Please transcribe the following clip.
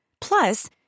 Plus